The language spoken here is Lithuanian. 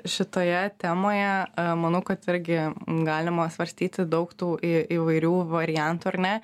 šitoje temoje manau kad irgi galima svarstyti daug tų į įvairių variantų ar ne